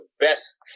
Best